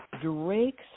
Drake's